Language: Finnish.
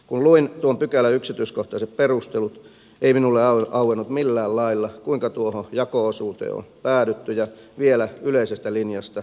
kun luin tuon pykälän yksityiskohtaiset perustelut ei minulle auennut millään lailla kuinka tuohon jako osuuteen on päädytty ja vielä yleisestä linjasta selkeästi poiketen